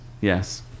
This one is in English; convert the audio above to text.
yes